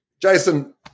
Jason